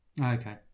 Okay